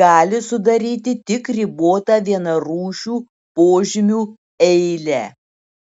gali sudaryti tik ribotą vienarūšių požymių eilę